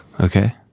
Okay